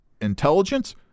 intelligence